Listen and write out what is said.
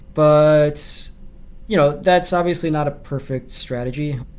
but that's you know that's obviously not a perfect strategy,